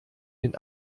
den